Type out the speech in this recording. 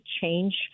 change